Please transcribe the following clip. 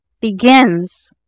begins